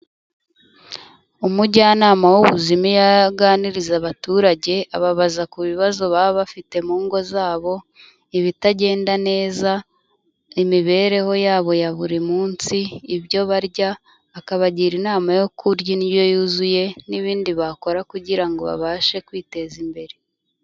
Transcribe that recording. Umujyanama w'ubuzima iyo aganiriza abaturage ababaza ku bibazo baba bafite mu ngo zabo, ibitagenda neza, imibereho yabo ya buri munsi, ibyo barya akabagira inama yo kurya indyo yuzuye n'ibindi bakora kugira ngo babashe kwiteza imbere.